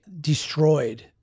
destroyed